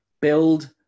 build